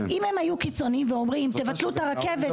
אם הם היו קיצוניים ואומרים תבטלו את הרכבת,